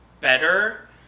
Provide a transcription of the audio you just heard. better